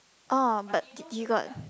oh but did you got